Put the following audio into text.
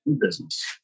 business